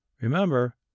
Remember